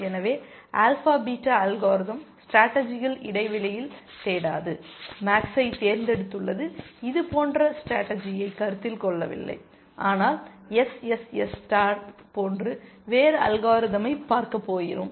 எனவே alpha beta algorithm ஸ்டேடர்ஜிகள் இடைவெளியில் தேடாது மேக்சை தேர்ந்தெடுத்துள்ளது இது போன்ற ஸ்டேடர்ஜியை கருத்தில் கொள்ளவில்லை ஆனால் எஸ்எஸ்எஸ் ஸ்டார் போன்று வேறு அல்காரிதமை பார்க்க போகிறோம்